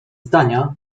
zdania